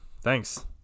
thanks